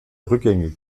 rückgängig